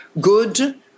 good